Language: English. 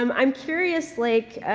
um i'm curious, like, ah,